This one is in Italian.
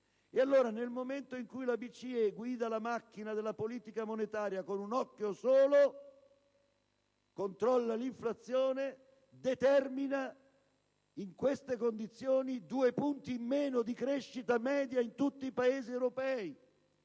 nel momento in cui la BCE guida la macchina della politica monetaria con un occhio solo, essa controlla l'inflazione e determina, in queste condizioni, due punti in meno di crescita media in tutti i Paesi europei.